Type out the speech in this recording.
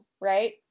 right